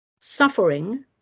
Suffering